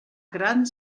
gran